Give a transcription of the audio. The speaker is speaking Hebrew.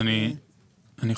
הוועדה.